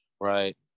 right